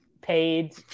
paid